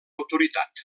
autoritat